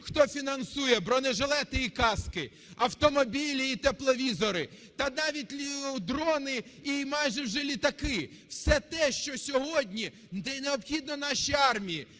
хто фінансує бронежилети і каски, автомобілі і тепловізори та навіть дрони і майже вже літаки, все те, що сьогодні необхідно нашій армії,